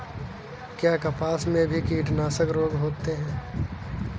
क्या कपास में भी कीटनाशक रोग होता है?